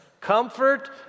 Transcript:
Comfort